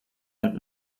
and